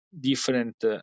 different